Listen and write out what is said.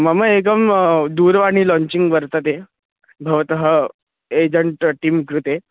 मम एकं दूरवाणी लाञ्चिङ्ग् वर्तते भवतः एजण्ट् टीम् कृते